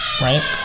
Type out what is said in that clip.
right